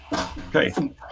Okay